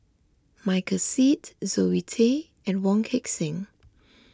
Michael Seet Zoe Tay and Wong Heck Sing